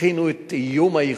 הכינו את "איום הייחוס",